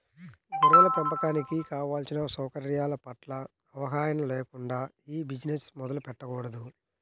గొర్రెల పెంపకానికి కావలసిన సౌకర్యాల పట్ల అవగాహన లేకుండా ఈ బిజినెస్ మొదలు పెట్టకూడదు